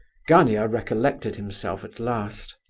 gania recollected himself at last.